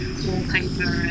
wallpaper